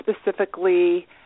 specifically